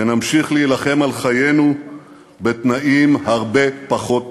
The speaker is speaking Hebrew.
ונמשיך להילחם על חיינו בתנאים הרבה פחות טובים.